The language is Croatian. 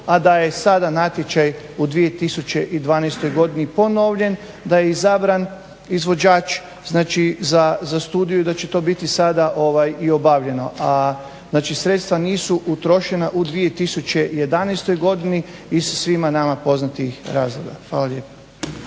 a da je sada natječaj u 2012.godin ponovljen, da je izabran izvođač za studiju, da će to biti sada i obavljeno. A sredstva nisu utrošena u 2011.godine iz svima nama poznatih razloga.